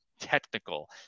technical